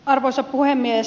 arvoisa puhemies